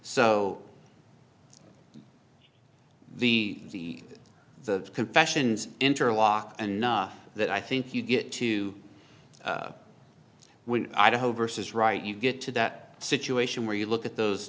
so the the confessions interlock enough that i think you get to win idaho versus right you get to that situation where you look at those